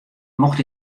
mocht